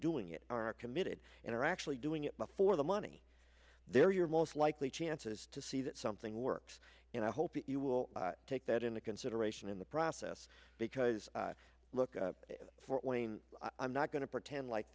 doing it are committed and are actually doing it before the money there you're most likely chances to see that something works and i hope you will take that in consideration in the process because look for wayne i'm not going to pretend like